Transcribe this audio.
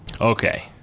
Okay